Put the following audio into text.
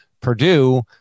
Purdue